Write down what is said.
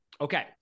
Okay